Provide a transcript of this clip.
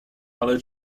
ale